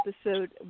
episode